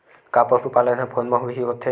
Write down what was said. का पशुपालन ह फोन म भी होथे?